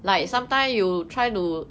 I think